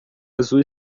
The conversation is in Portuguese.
azul